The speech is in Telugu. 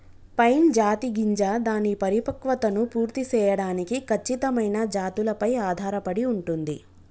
పైన్ జాతి గింజ దాని పరిపక్వతను పూర్తి సేయడానికి ఖచ్చితమైన జాతులపై ఆధారపడి ఉంటుంది